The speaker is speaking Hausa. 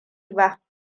ba